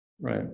Right